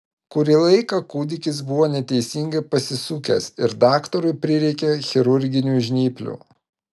kurį laiką kūdikis buvo neteisingai pasisukęs ir daktarui prireikė chirurginių žnyplių